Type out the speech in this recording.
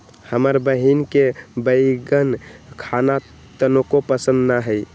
हमर बहिन के बईगन खाना तनको पसंद न हई